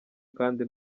kandi